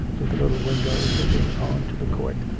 with the little windows looking on to the court,